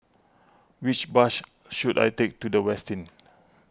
which bus should I take to the Westin